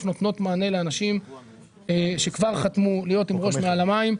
נותנות מענה לאנשים שכבר חתמו להיות עם ראש מעל המים,